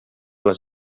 les